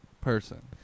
person